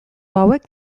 hauek